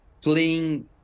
playing